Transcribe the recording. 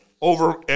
over